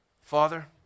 Father